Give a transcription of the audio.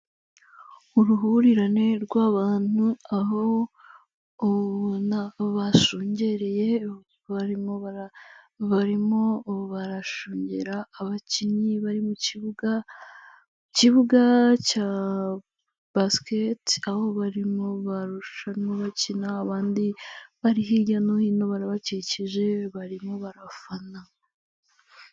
Uruhurirane rw'abantu aho ubona bashungereye, barimo barashungera abakinnyi bari mu kibuga kibuga cya basket, aho bari mu marushanwa bakina abandi bari hirya no hino barabakikije barimo barafana.